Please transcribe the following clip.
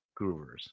Groovers